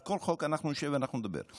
על כל חוק אנחנו נשב ואנחנו נדבר.